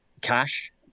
Cash